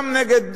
גם נגד